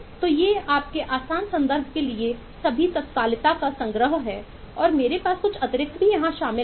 तो ये आपके आसान संदर्भ के लिए सभी तात्कालिकता का संग्रह हैं और मेरे पास कुछ अतिरिक्त भी यहां शामिल हैं